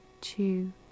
two